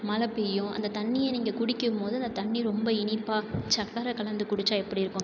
மழை பெய்யும் அந்த தண்ணியை நீங்கள் குடிக்கும்மோது அந்த தண்ணி ரொம்ப இனிப்பாக சக்கரை கலந்து குடிச்சால் எப்படி இருக்கும்